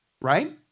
right